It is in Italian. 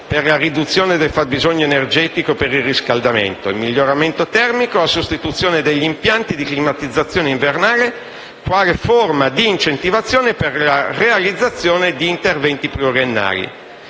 per la riduzione del fabbisogno energetico per il riscaldamento, il miglioramento termico, la sostituzione degli impianti di climatizzazione invernale, quale forma di incentivazione per la realizzazione di interventi pluriennali;